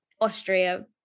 Austria